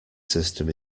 system